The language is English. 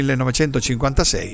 1956